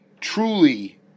truly